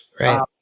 Right